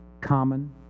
common